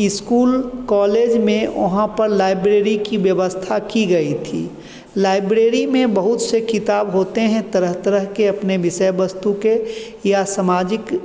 school college में वहाँ पे लाइब्रेरी की व्यवस्था की गई थी लाइब्रेरी में बहुत से किताब होते हैं तरह तरह के अपने विषय वस्तु के या समाजिक